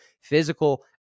physical